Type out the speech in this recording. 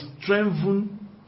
strengthen